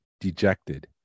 Dejected